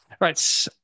Right